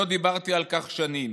לא דיברתי על כך שנים.